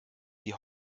die